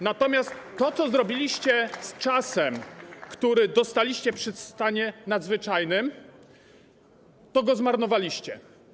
Natomiast to, co zrobiliście z czasem, który dostaliście przy stanie nadzwyczajnym, to go zmarnowaliście.